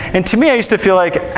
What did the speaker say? and to me, i used to feel like, ah,